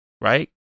right